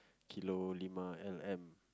kilo lima L M